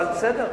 אבל בסדר,